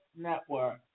Network